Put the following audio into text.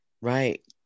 right